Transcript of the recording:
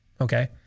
okay